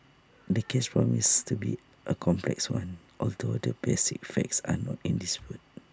the case promises to be A complex one although the basic facts are not in dispute